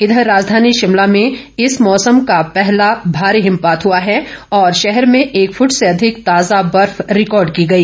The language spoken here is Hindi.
इंधर राजधानी शिमला में इस मौसम का पहला भारी हिमपात हुआ है और भाहर में एक फूट से अधिक ताज़ा बर्फ रिकॉर्ड की गई